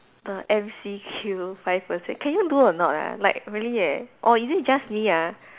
the M_C_Q five percent can you do or not ah like really eh or is it just me ah